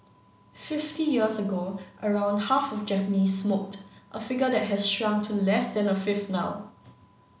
fifty years ago around half of Japanese smoked a figure that has shrunk to less than a fifth now